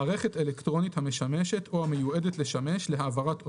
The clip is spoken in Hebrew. מערכת אלקטרונית המשמשת או המיועדת לשמש להעברת אותות,